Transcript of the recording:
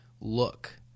look